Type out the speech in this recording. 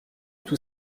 tout